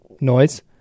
noise